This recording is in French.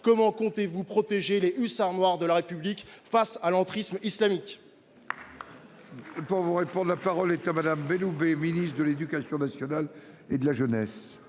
comment comptez vous protéger les hussards noirs de la République face à l’entrisme islamique ?